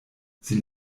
sie